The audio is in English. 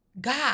God